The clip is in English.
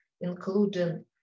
including